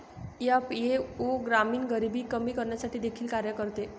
FAO ग्रामीण गरिबी कमी करण्यासाठी देखील कार्य करते